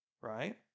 Right